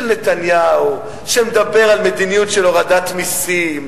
של נתניהו שמדבר על מדיניות של הורדת מסים,